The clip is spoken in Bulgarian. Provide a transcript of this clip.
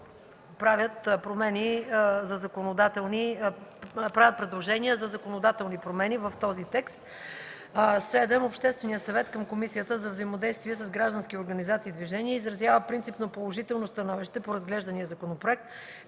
Правят предложения за законодателни промени в този текст. 7. Общественият съвет към Комисията за взаимодействие с граждански организации и движения изразява принципно положително становище по разглеждания законопроект,